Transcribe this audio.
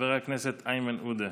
חבר הכנסת איימן עודה,